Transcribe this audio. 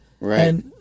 Right